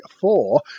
four